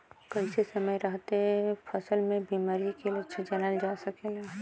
कइसे समय रहते फसल में बिमारी के लक्षण जानल जा सकेला?